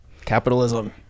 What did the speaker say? Capitalism